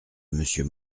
monsieur